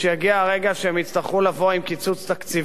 הרגע שהם יצטרכו להגיע עם קיצוץ תקציבי,